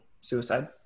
suicide